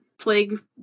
plague